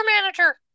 manager